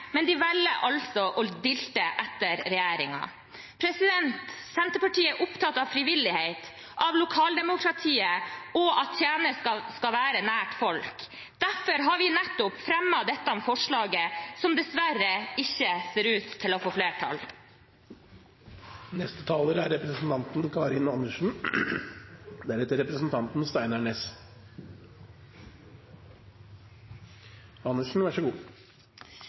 men de velger altså å dilte etter regjeringen. Senterpartiet er opptatt av frivillighet, av lokaldemokratiet og av at tjenester skal være nær folk. Derfor har vi fremmet nettopp dette forslaget, som dessverre ikke ser ut til å få flertall. Dette har vært en underlig debatt å høre på. Det er